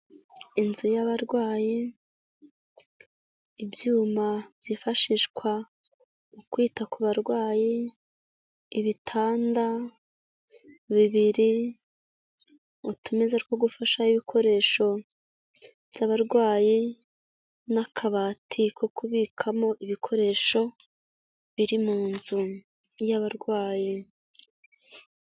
Inzu y'abarwayi, ibyuma byifashishwa mu kwita ku barwayi, ibitanda bibiri, utumeza two gufasha ibikoresho by'abarwayi, n'akabati ko kubikamo ibikoresho biri mu nzu y'abarwayi.